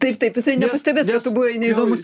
taip taip jisai nepastebės kad tu buvai neįdomus